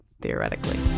theoretically